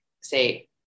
say